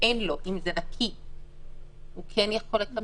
זה נקי אז הוא כן יכול לקבל?